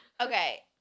Okay